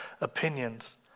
opinions